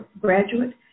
graduate